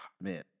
Man